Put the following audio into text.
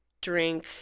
drink